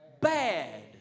bad